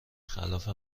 خلاف